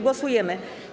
Głosujemy.